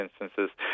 instances